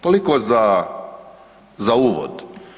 Toliko za uvod.